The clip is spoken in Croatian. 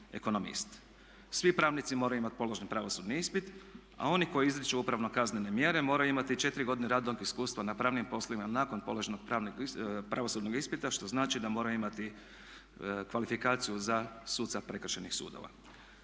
Svi pravnici moraju imati položen pravosudni ispit a oni koji izriču upravno kaznene mjere moraju imati četiri godine radnog iskustva na pravnim poslovima nakon položenog pravosudnog ispita što znači da moraju imati kvalifikaciju za suca prekršajnih sudova.